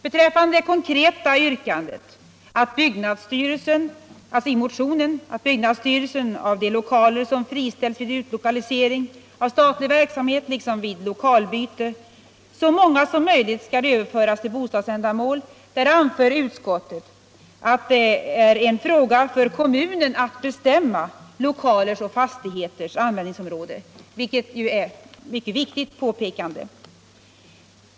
Betwäffande det konkreta yrkandet i motionen att byggnadsstyrelsen av de lokaler som friställs vid utlokalisering av statlig verksamhet liksom vid lokalbyte skall överföra så många som möjligt till bostadsändamål anför utskottet, att det är en fråga för kommunen att bestämma lokalers och fastigheters användningsområde, vilket ju är ett mycket viktigt påpekande.